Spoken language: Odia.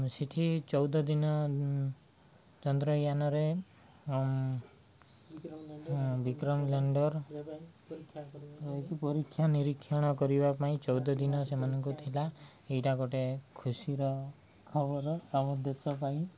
ସେଠି ଚଉଦ ଦିନ ଚନ୍ଦ୍ରଜାନରେ ବିକ୍ରମ ଲ୍ୟାଣ୍ଡର୍ ପରୀକ୍ଷା ନିରୀକ୍ଷଣ କରିବା ପାଇଁ ଚଉଦ ଦିନ ସେମାନଙ୍କୁ ଥିଲା ଏଇଟା ଗୋଟେ ଖୁସିର ଖବର ଆମ ଦେଶ ପାଇଁ